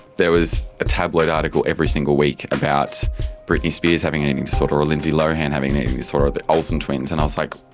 there was a tabloid article every single week about britney spears having an eating disorder or lindsay lohan having disorder, or the olsen twins, and i was, like,